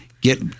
get